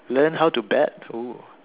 learn how to bet oo